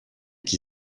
qui